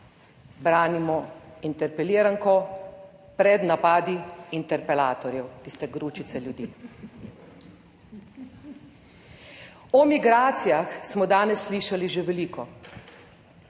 branimo interpeliranko pred napadi interpelatorjev, tiste gručice ljudi. O migracijah smo danes slišali že veliko.